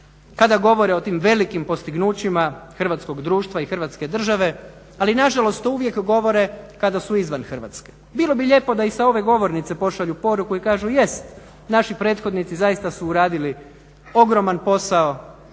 kada govore o tim velikim postignućima hrvatskog društva i HRvatske države, ali nažalost to uvijek govore kada su izvan Hrvatske. Bilo bi lijepo da i sa ove govornice pošalju poruku i kažu jest, naši prethodnici zaista su uradili ogroman posao